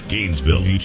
Gainesville